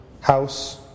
house